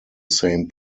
same